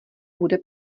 bude